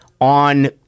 on